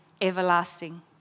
everlasting